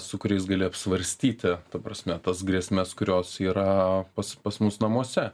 su kuriais gali apsvarstyti ta prasme tas grėsmes kurios yra pas pas mus namuose